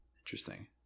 Interesting